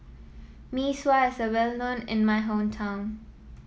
Mee Sua is well known in my hometown